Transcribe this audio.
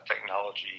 technology